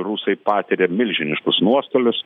rusai patiria milžiniškus nuostolius